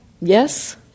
yes